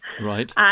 Right